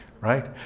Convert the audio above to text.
right